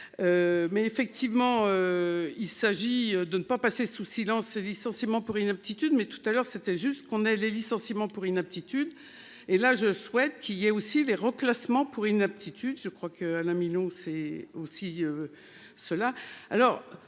Mais effectivement. Il s'agit de ne pas passer sous silence ce licenciement pour inaptitude mais tout à l'heure c'était juste qu'on ait les licenciements pour inaptitude et là je souhaite qu'il y ait aussi les reclassement pour inaptitude. Je crois que Alain Minau c'est aussi. Cela,